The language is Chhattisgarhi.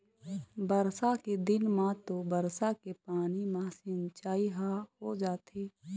बरसा के दिन म तो बरसा के पानी म सिंचई ह हो जाथे